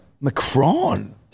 Macron